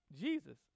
Jesus